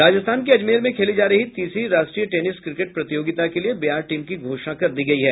राजस्थान के अजमेर में खेली जा रही तीसरी राष्ट्रीय टेनिस क्रिकेट प्रतियोगिता के लिए बिहार टीम की घोषणा कर दी गयी है